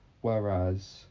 Whereas